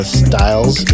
styles